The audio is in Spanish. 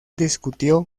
discutió